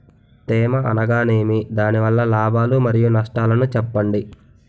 తేమ అనగానేమి? దాని వల్ల లాభాలు మరియు నష్టాలను చెప్పండి?